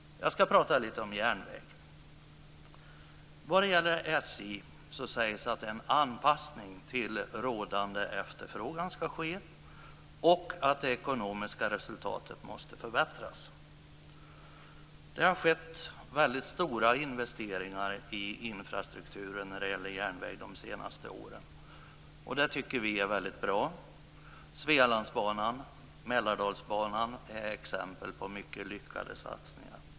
Jag skall prata lite om järnväg. Vad gäller SJ sägs att en anpassning till rådande efterfrågan skall ske och att det ekonomiska resultatet måste förbättras. Det har skett väldigt stora investeringar i infrastrukturen när det gäller järnväg de senaste åren, och det tycker vi är väldigt bra. Svealandsbanan och Mälardalsbanan är exempel på mycket lyckade satsningar.